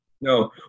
No